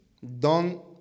Don